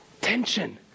Tension